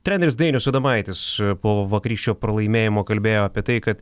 treneris dainius adomaitis po vakarykščio pralaimėjimo kalbėjo apie tai kad